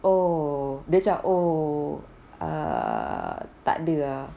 oh dia macam oh err takde ah